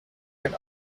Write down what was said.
and